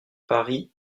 paris